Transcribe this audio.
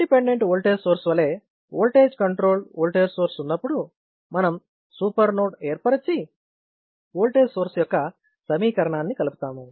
independent voltage source వలె voltage controlled voltage source ఉన్నప్పుడు మనం సూపర్ నోడ్ ఏర్పరచి ఓల్టేజ్ సోర్స్ యొక్క సమీకరణాన్ని కలుపుతాను